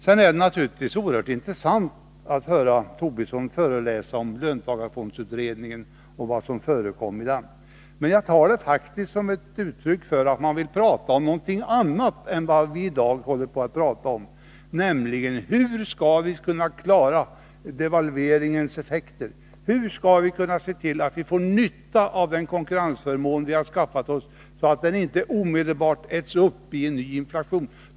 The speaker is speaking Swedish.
Det är naturligtvis oerhört intressant att höra Lars Tobisson föreläsa om vad som förekom i löntagarfondsutredningen, men jag tar det faktiskt som ett uttryck för att han vill prata om någonting annat än det vi i dag diskuterar, nämligen hur vi skall kunna klara devalveringens effekter, hur vi skall kunna se till att vi får nytta av den konkurrensförmån vi har skaffat oss, så att den inte omedelbart äts upp av en ny inflation.